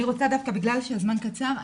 בגלל שהזמן קצר,